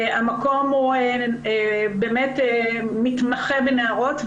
הוא מתמחה בנערות.